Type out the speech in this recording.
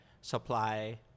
supply